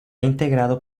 integrado